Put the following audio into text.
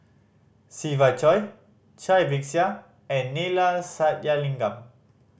Siva Choy Cai Bixia and Neila Sathyalingam